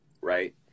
right